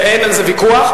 אין על זה ויכוח,